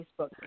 Facebook